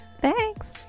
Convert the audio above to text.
Thanks